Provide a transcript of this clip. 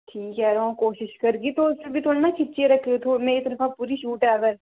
ठीक ऐ यरो अ'ऊं कोशिश करगी तुस बी थोह्ड़ी ना खिच्चियै रक्खेओ मेरी तरफा पूरी छूट ऐ